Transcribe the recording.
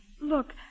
Look